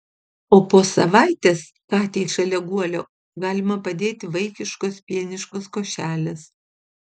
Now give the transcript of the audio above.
o po savaitės katei šalia guolio galima padėti vaikiškos pieniškos košelės